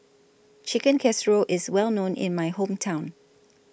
Chicken Casserole IS Well known in My Hometown